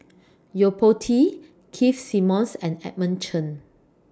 Yo Po Tee Keith Simmons and Edmund Chen